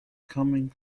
coming